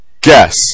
Guess